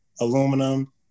aluminum